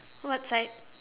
what side